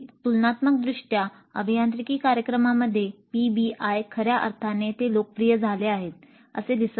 तुलनात्मकदृष्ट्या अभियांत्रिकी कार्यक्रमांमध्ये पीबीआय खऱ्या अर्थाने ते लोकप्रिय झाले आहे असे दिसत नाही